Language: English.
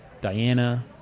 Diana